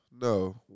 No